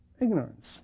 Ignorance